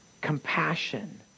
compassion